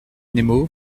nemo